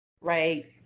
Right